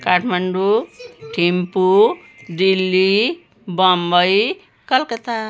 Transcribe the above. Kathmandu Thimphu Delhi Bombay Calcutta